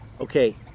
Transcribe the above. Okay